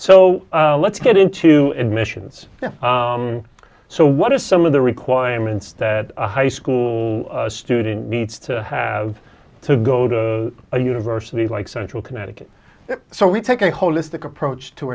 so let's get into admissions so what are some of the requirements that a high school student needs to have to go to a university like central connecticut so we take a holistic approach to